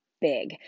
big